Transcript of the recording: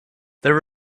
there